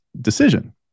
decision